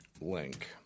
link